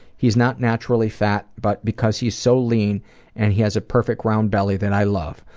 he's not naturally fat but because he's so lean and he has a perfect round belly that i love,